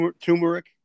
turmeric